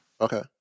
okay